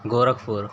Gorakhpur